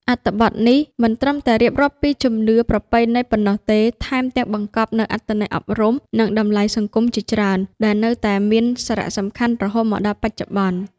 អត្ថបទនេះ មិនត្រឹមតែរៀបរាប់ពីជំនឿប្រពៃណីប៉ុណ្ណោះទេ ថែមទាំងបង្កប់នូវអត្ថន័យអប់រំ និងតម្លៃសង្គមជាច្រើន ដែលនៅតែមានសារៈសំខាន់រហូតមកដល់បច្ចុប្បន្ន។